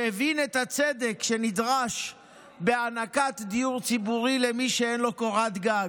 שהבין את הצדק שנדרש בהענקת דיור ציבורי למי שאין לו קורת גג.